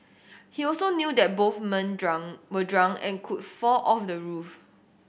he also knew that both men drunk were drunk and could fall off the roof